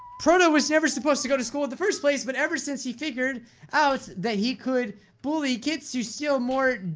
proto was never supposed to go to school at the first place. but ever since he figured out that he could bully kids who still mordida,